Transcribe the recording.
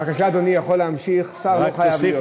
בבקשה, אדוני יכול להמשיך, שר לא חייב להיות.